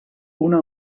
una